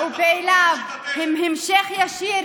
החשיפה